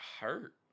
hurt